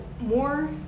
more